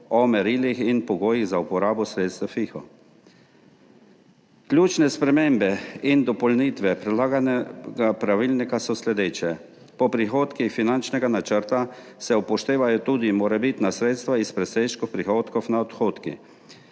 o merilih in pogojih za uporabo sredstev FIHO. Ključne spremembe in dopolnitve predlaganega pravilnika so sledeče. Po prihodkih finančnega načrta se upoštevajo tudi morebitna sredstva iz presežkov prihodkov nad odhodki.